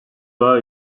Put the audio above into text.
daha